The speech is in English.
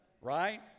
Right